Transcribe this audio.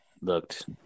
looked